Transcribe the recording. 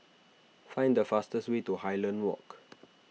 find the fastest way to Highland Walk